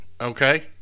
okay